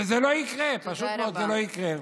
וזה לא יקרה, פשוט מאוד זה לא יקרה.